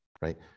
right